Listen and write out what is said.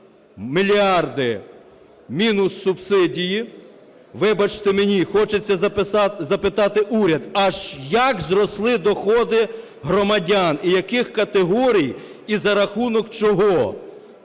мільярди – мінус субсидії. Вибачте мені, хочеться запитати уряд, а як зросли доходи громадян і яких категорій, і за рахунок чого,